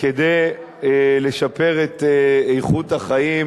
כדי לשפר את איכות החיים